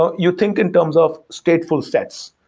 so you think in terms of stateful sets.